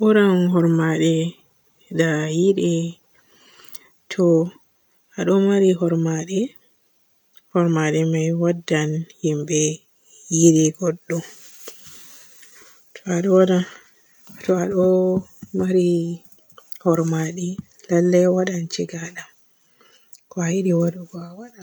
Buran hormare da yiɗi. To a ɗo maari hormade, hormade me waddan himɓe yide godɗo. To a ɗo wada to a ɗo maari hormadi lallay waadan jigadam. Ko a yiɗi waadugo a waadan